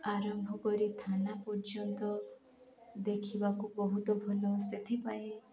ଆରମ୍ଭ କରି ଥାନା ପର୍ଯ୍ୟନ୍ତ ଦେଖିବାକୁ ବହୁତ ଭଲ ସେଥିପାଇଁ